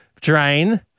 drain